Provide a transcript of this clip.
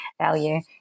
value